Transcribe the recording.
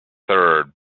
third